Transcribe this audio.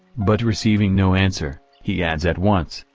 but receiving no answer, he adds at once,